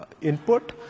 input